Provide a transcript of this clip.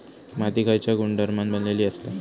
माती खयच्या गुणधर्मान बनलेली असता?